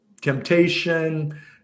temptation